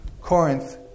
Corinth